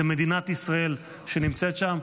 זו מדינת ישראל שנמצאת שם,